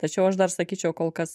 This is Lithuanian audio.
tačiau aš dar sakyčiau kol kas